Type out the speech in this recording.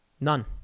None